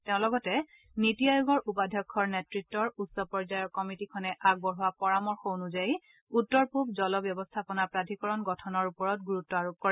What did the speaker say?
তেওঁ লগতে নিটি আয়োগৰ উপাধ্যক্ষৰ নেতৃত্বৰ উচ্চ পৰ্য্যায়ৰ কমিটিখনে আগবঢ়োৱা পৰামৰ্শ অনুযায়ী উত্তৰ পূব জল ব্যৱস্থাপনা প্ৰাধিকৰণ গঠনৰ ওপৰত গুৰুত্ব আৰোপ কৰে